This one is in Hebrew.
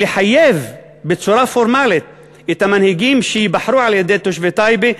לחייב בצורה פורמלית את המנהיגים שייבחרו על-ידי תושבי טייבה,